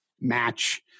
match